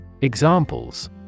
Examples